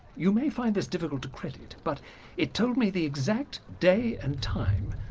you may find this difficult to credit but it told me the exact day and time,